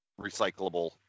recyclable